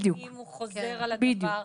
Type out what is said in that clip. אם הוא חוזר על הדבר.